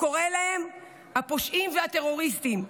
להם הוא קורא הפושעים והטרוריסטים,